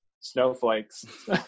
snowflakes